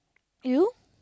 you